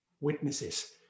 Witnesses